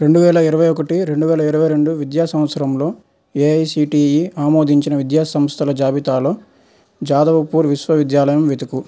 రెండు వేల ఇరవై ఒకటి రెండు వేల ఇరవై రెండు ఒకటి విద్యా సంవత్సరంలో ఏఐసిటిఈ ఆమోదించిన విద్యా సంస్థల జాబితాలో జాదవ్పూర్ విశ్వవిద్యాలయం వెతుకు